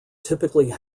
typically